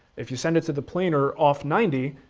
if you send it to the planer off ninety,